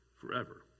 forever